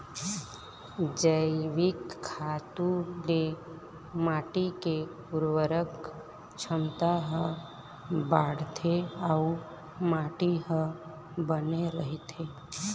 जइविक खातू ले माटी के उरवरक छमता ह बाड़थे अउ माटी ह बने रहिथे